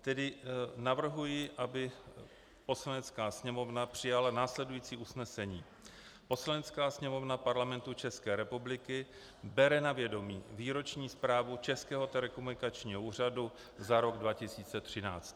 Tedy navrhuji, aby Poslanecká sněmovna přijala následující usnesení: Poslanecká sněmovna Parlamentu České republiky bere na vědomí Výroční zprávu Českého telekomunikačního úřadu za rok 2013.